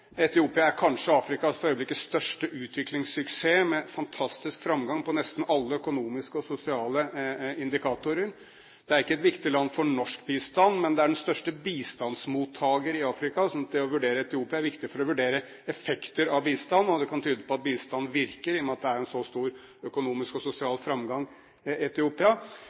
Etiopia er kanskje Afrikas for øyeblikket største utviklingssuksess med fantastisk framgang på nesten alle økonomiske og sosiale indikatorer. Det er ikke et viktig land for norsk bistand, men det er den største bistandsmottaker i Afrika, sånn at det å vurdere Etiopia er viktig for å vurdere effekter av bistand. Det kan tyde på at bistand virker, i og med at det er en så stor økonomisk og sosial framgang i Etiopia.